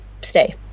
stay